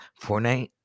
Fortnite